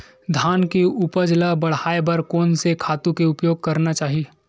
धान के उपज ल बढ़ाये बर कोन से खातु के उपयोग करना चाही?